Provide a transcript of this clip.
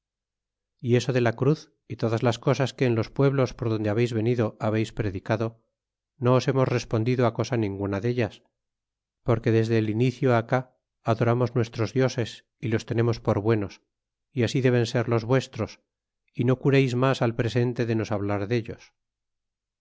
y eso de la cruz y todas las cosas que en los pueblos por donde habeis venido habeis predicado no os hemos respondido á cosa ninguna dellas porque desde ab inicio acá adoramos nuestros dioses y los tenemos por buenos é así deben ser los vuestros é no cureis mas al presente de nos hablar dellos